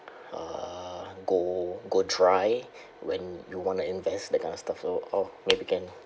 uh go go try when you want to invest that kind of stuff so !oh! where we can